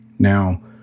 Now